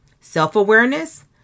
self-awareness